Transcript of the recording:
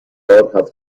هفتاد